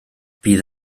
bydd